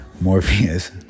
Morpheus